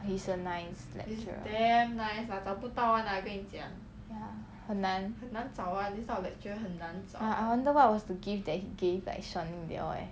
he is a nice lecturer ya 很难 ya I wonder what was the gift that he gave like shaun they all eh